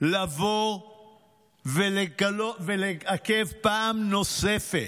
לבוא ולעכב פעם נוספת.